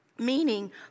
Meaning